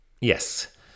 Yes